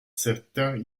certains